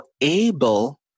able